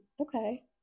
okay